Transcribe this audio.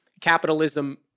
capitalism